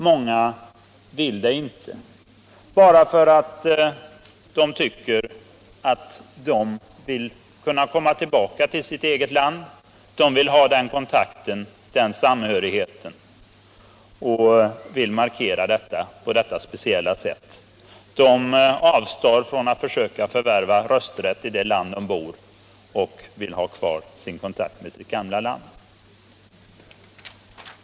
Många vill det inte då de tycker att de vill kunna komma tillbaka till sitt eget land, de vill ha den kontakten, den samhörigheten och markerar det på detta speciella sätt. De avstår från att försöka förvärva rösträtt i det land där - Nr 100 de bor och vill ha kvar sin kontakt med sitt gamla land.